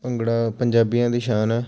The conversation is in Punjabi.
ਭੰਗੜਾ ਪੰਜਾਬੀਆਂ ਦੀ ਸ਼ਾਨ ਹੈ